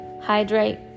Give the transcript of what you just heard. hydrate